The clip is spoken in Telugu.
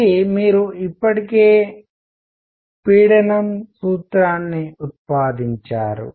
ఇది మీరు ఇప్పటికే పీడనం సూత్రాన్ని ఉత్పాదించారు